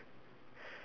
bird lah